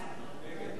מאיר שטרית,